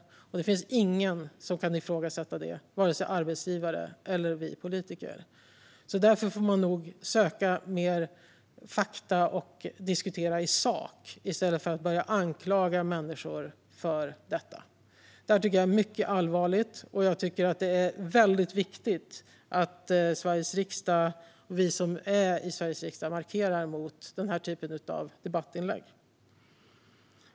Det finns ingen som kan ifrågasätta det, vare sig arbetsgivare eller vi politiker. Därför får man nog söka mer fakta och diskutera i sak i stället för att börja anklaga människor för detta. Jag tycker att det här är mycket allvarligt, och jag tycker att det är väldigt viktigt att vi som är i Sveriges riksdag markerar mot den här typen av debattinlägg.